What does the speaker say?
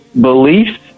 beliefs